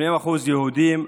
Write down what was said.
80% יהודים.